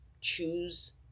choose